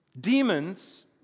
demons